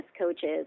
coaches